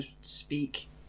speak